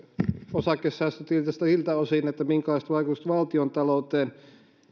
osakesäästötilistä siltä osin minkälaiset vaikutukset valtiontalouteen sillä on